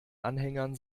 anhängern